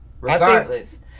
Regardless